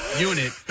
unit